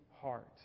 heart